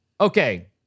Okay